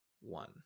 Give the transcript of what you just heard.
One